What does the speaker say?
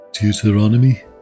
Deuteronomy